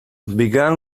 began